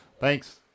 Thanks